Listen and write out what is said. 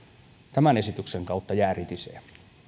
tämän esityksen kautta jää ritisee